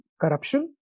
corruption